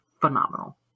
phenomenal